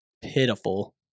pitiful